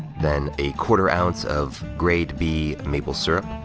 then a quarter ounce of grade b maple syrup,